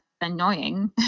annoying